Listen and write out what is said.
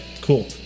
cool